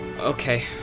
Okay